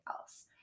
else